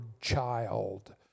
child